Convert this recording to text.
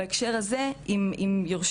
זה גם בשביל שאנחנו נדע לשיים את זה,